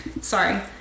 Sorry